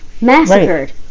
massacred